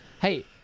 Hey